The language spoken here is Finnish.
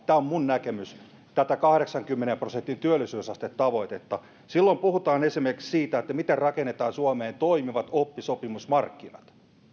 tämä on minun näkemykseni tätä kahdeksankymmenen prosentin työllisyysastetavoitetta silloin puhutaan esimerkiksi siitä miten rakennetaan suomeen toimivat oppisopimusmarkkinat